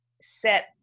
set